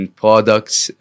products